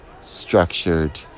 structured